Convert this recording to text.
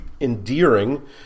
endearing